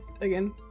again